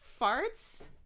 farts